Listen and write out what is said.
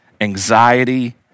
anxiety